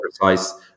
precise